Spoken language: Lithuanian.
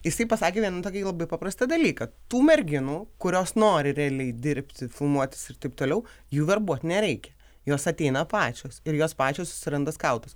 jisai pasakė ten tokį labai paprastą dalyką tų merginų kurios nori realiai dirbti filmuotis ir taip toliau jų verbuot nereikia jos ateina pačios ir jos pačios susiranda skautus